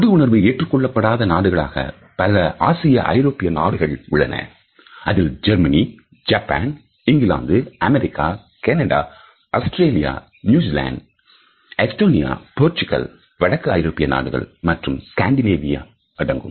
தொடு உணர்வு ஏற்றுக்கொள்ளப்படாத நாடுகளாக பல ஆசிய ஐரோப்பிய நாடுகள் உள்ளன அதில் Germany Japan England America Canada Australia New Zealand Estonia Portugal வடக்கு ஐரோப்பிய நாடு மற்றும் ஸ்காண்டிநேவியா அடங்கும்